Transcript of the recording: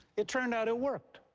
it turned out it worked.